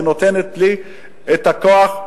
שנותנת לי את הכוח.